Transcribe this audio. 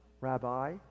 rabbi